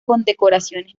condecoraciones